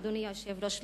אדוני היושב-ראש,